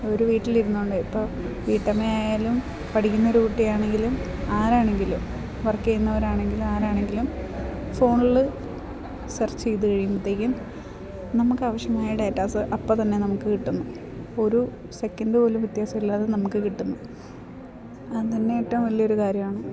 ഒരു വീട്ടിലിരുന്നോണ്ട് ഇപ്പം വീട്ടമ്മ ആയാലും പഠിക്കുന്ന ഒരു കുട്ടിയാണെങ്കിലും ആരാണെങ്കിലും വർക്ക് ചെയ്യുന്നവർ ആണെങ്കിലും ആരാണെങ്കിലും ഫോൺൽ സെർച്ച് ചെയ്ത് കഴിയുമ്പോഴ്ത്തേക്കും നമുക്ക് ആവശ്യമായ ഡേറ്റാസ് അപ്പം തന്നെ നമുക്ക് കിട്ടുന്നു ഒരു സെക്കൻഡ് പോലും വ്യത്യാസം ഇല്ലാതെ നമുക്ക് കിട്ടുന്നു അതെന്നെ ഏറ്റോം വലിയ ഒരു കാര്യമാണ്